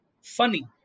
Funny